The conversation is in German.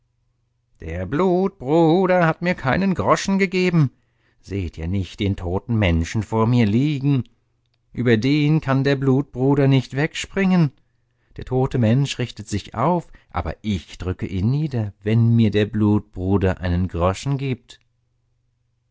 der blutbruder hat mir keinen groschen gegeben seht ihr nicht den toten menschen vor mir liegen über den kann der blutbruder nicht wegspringen der tote mensch richtet sich auf aber ich drücke ihn nieder wenn mir der blutbruder einen groschen gibt